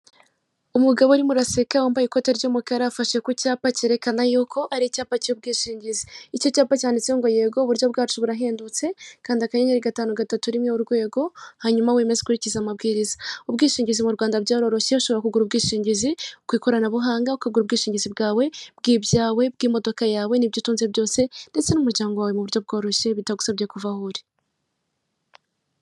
Umugabo urimo uraseka wambaye ikote ry'umukara afashe ku cyapa kerekana yuko ari icyapa cy'ubwishingizi, icyo cyapa cyanditseho ngo yego uburyo bwacu burahendutse, kanda akanyenyeri gatanu gatatu rimwe urwego, hanyuma wemeze ukurikize amabwiriza, ubwishingizi mu Rwanda byaroroshye, ushobora kugura ubwishingizi ku ikoranabuhanga, ukagura ubwishingizi bwawe, bw'ibyawe, bw'imidoka yawe n'ibyo utunze byose ndetse n'ubw'umuryango wawe mu buryo bworoshye bitagusabye kuva aho uri.